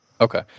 Okay